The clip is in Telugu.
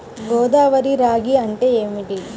గోదావరి రాగి అంటే ఏమిటి?